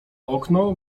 okno